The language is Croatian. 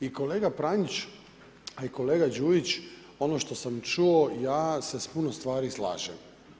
I kolega Pranić a i kolega Đujić, ono što sam čuo, ja se sa puno stvari slažem.